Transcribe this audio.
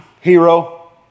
hero